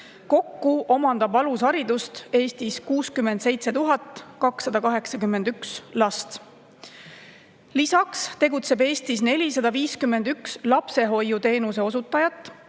Kokku omandab alusharidust Eestis 67 281 last. Lisaks tegutseb Eestis 451 lapsehoiuteenuse osutajat.